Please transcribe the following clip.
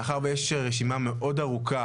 מאחר ויש רשימה מאוד ארוכה,